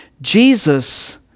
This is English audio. Jesus